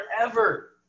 forever